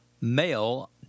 Male